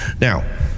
Now